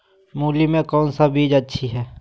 मूली में कौन सी बीज अच्छी है?